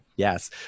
Yes